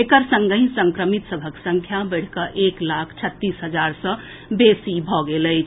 एकर संगहि संक्रमित सभक संख्या बढ़ि कऽ एक लाख छत्तीस हजार सँ बेसी भऽ गेल अछि